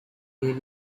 there